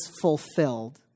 fulfilled